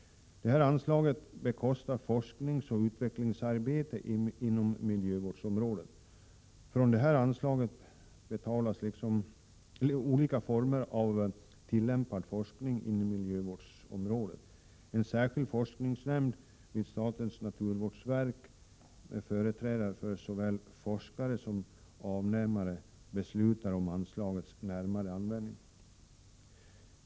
Det här anslaget bekostar forskningsoch utvecklingsarbete inom miljövårdsområdet. Olika former av tillämpad forskning inom miljövårdsområdet betalas alltså från detta anslag. En särskild forskningsnämnd vid statens naturvårdsverk med företrädare för såväl forskare som avnämare beslutar om anslagets närmare användning.